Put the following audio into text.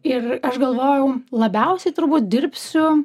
ir aš galvojau labiausiai turbūt dirbsiu